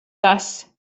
tas